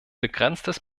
begrenztes